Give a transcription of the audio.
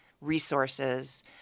resources